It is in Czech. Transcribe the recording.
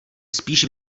spíš